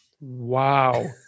Wow